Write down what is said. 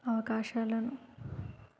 అవకాశాలను